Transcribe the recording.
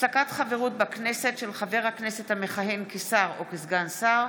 (הפסקת חברות בכנסת של חבר הכנסת המכהן כשר או כסגן שר),